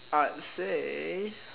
I'd say